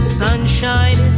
sunshine